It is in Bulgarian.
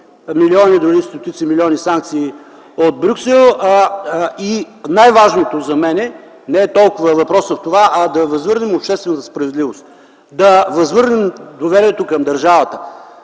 милиони, дори стотици милиони санкции от Брюксел. Най-важното за мен не е толкова въпросът в това, а да възвърнем обществената справедливост, да възвърнем доверието към държавата.